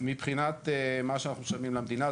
מבחינת מה שאנחנו משלמים למדינה,